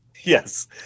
Yes